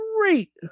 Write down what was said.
great